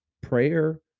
prayer